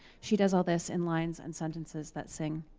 she does all this in lines and sentences that sing.